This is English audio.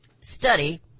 study